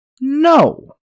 No